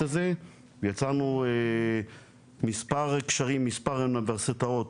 הזה ויצרנו מספר קשרים עם מספר אוניברסיטאות